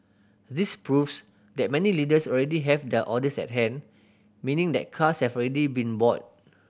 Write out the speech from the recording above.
this proves that many dealers already have their orders at hand meaning that cars have already been bought